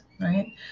right